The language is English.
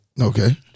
Okay